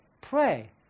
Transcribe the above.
pray